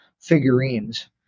figurines